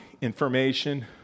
information